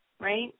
right